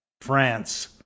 france